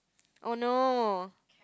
oh no